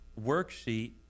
worksheet